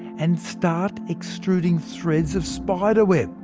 and start extruding threads of spiderweb.